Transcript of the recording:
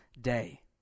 day